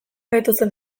gaituzten